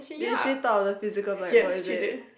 did she talk the physical like what is it